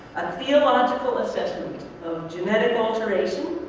a theological assessment of genetic alteration,